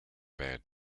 bad